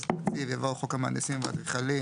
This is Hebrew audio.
התקציב" יבוא: ""חוק המהנדסים והאדריכלים"